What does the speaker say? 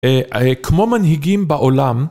כמו מנהיגים בעולם